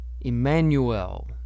Emmanuel